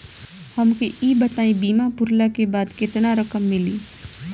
हमके ई बताईं बीमा पुरला के बाद केतना रकम मिली?